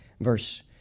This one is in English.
Verse